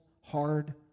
hard